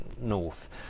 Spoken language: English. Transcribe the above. north